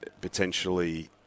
potentially